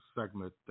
segment